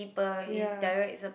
ya